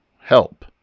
help